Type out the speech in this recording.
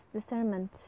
discernment